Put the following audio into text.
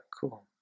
Cool